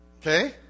Okay